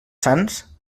sants